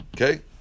okay